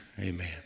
amen